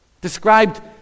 Described